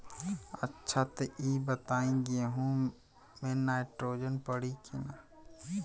अच्छा त ई बताईं गेहूँ मे नाइट्रोजन पड़ी कि ना?